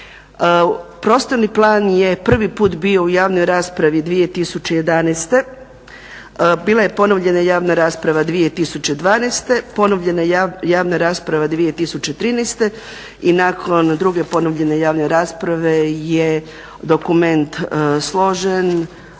Prostorni plan je prvi put bio u javnoj raspravi 2011., bila je ponovljena javna rasprava 2012., ponovljena javna rasprava 2013.i nakon druge ponovljene javne rasprave je dokument složen,